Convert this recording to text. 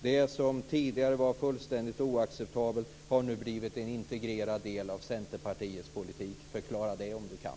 Det som tidigare var fullständigt oacceptabelt har nu blivit en integrerad del av Centerpartiets politik. Förklara det om du kan.